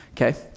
Okay